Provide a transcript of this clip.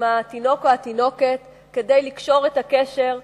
עם התינוק או התינוקת, כדי לקשור את הקשר.